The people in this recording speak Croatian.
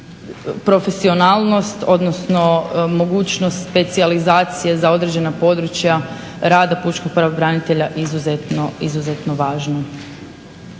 profesionalnost, odnosno mogućnost specijalizacije za određena područja rada pučkog pravobranitelja izuzetno važno.